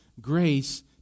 grace